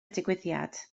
digwyddiad